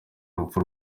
rupfu